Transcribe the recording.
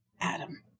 Adam